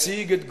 להסיג את גבולה,